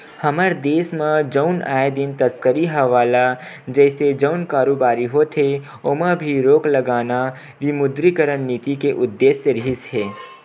हमर देस म जउन आए दिन तस्करी हवाला जइसे जउन कारोबारी होथे ओमा भी रोक लगाना विमुद्रीकरन नीति के उद्देश्य रिहिस हे